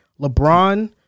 LeBron